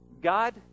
God